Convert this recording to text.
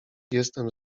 jestem